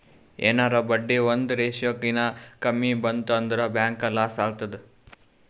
ಎನಾರೇ ಬಡ್ಡಿ ಒಂದ್ ರೇಶಿಯೋ ಕಿನಾ ಕಮ್ಮಿ ಬಂತ್ ಅಂದುರ್ ಬ್ಯಾಂಕ್ಗ ಲಾಸ್ ಆತ್ತುದ್